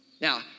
Now